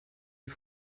die